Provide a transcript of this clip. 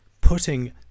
putting